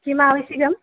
किम् आवश्यकम्